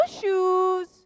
shoes